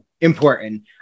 important